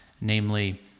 namely